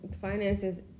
Finances